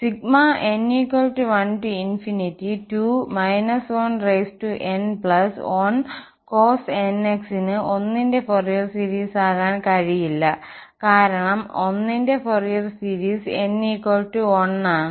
n12 n1 cos nx ന് 1 ന്റെ Fourier series ആകാൻ കഴിയില്ല കാരണം 1 ന്റെ ഫൊറിയർ സീരീസ് n 1 ആണ്